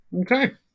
Okay